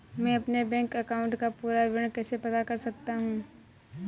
मैं अपने bank account का पूरा विवरण कैसे पता कर सकता हूँ?